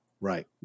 Right